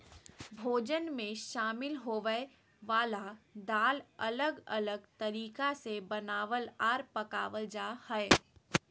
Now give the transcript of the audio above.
भोजन मे शामिल होवय वला दाल अलग अलग तरीका से बनावल आर पकावल जा हय